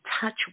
touch